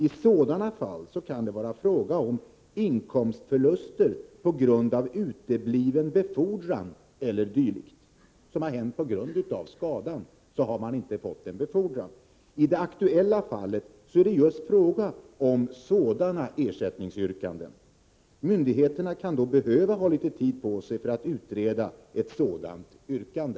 I sådana fall kan det vara fråga om inkomstförluster på grund av utebliven befordran e. d. som följt på grund av skadan. I det aktuella fallet är det just fråga om sådana ersättningsyrkanden. Myndigheterna kan då behöva ha litet tid på sig för att utreda ett sådant yrkande.